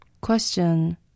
Question